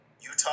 Utah